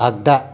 आग्दा